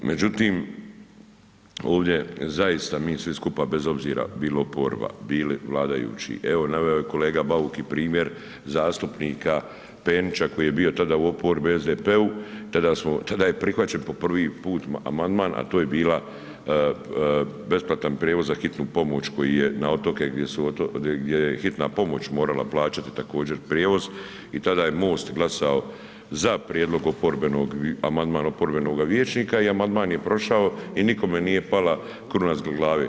Međutim, ovdje zaista mi svi skupa bez obzira bili oporba, bili vladajući evo naveo je kolega Bauk i primjer zastupnika Penića koji je tada bio u oporbi SDP-u, tada je prihvaćen po prvi put amandman, a to je bila besplatan prijevoz za Hitnu pomoć koji je na otoke, gdje su, gdje je Hitna pomoć morala plaćati također prijevoz i tada je MOST glasao za prijedlog oporbenog, amandman oporbenog vijećnika i amandman je prošao i nikome nije pala kruna s glave.